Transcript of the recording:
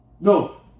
No